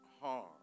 harm